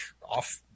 off